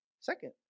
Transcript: Second